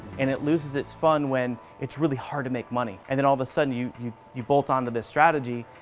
and, it loses its fun when it's really hard to make money. and, then all of a sudden, you you bolt on to this strategy,